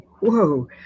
Whoa